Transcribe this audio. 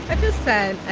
and sad,